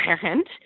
parent